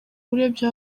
urebye